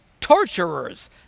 torturers